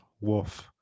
woof